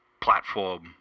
platform